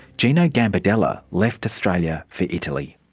gino gambardella left australia for italy.